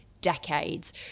decades